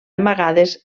amagades